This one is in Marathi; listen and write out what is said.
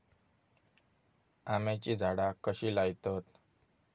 आम्याची झाडा कशी लयतत?